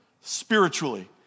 spiritually